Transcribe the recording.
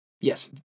yes